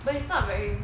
but it's not very